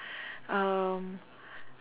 um